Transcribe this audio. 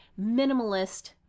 minimalist